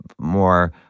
more